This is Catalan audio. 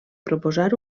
proposar